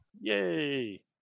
Yay